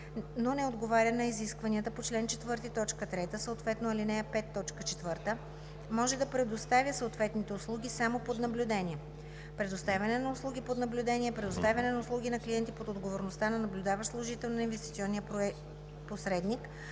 но не отговаря на изискването по ал. 4, т. 3, съответно ал. 5, т. 4, може да предоставя съответните услуги само под наблюдение. Предоставяне на услуги под наблюдение е предоставяне на услуги на клиенти под отговорността на наблюдаващ служител на инвестиционния посредник,